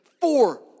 Four